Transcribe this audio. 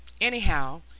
Anyhow